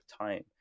time